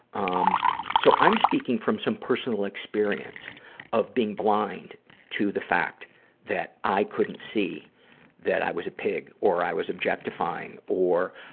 um so, i'm speaking from some personal experience of being blind to the fact that i couldn't see that i was a pig, or i was objectifying, or,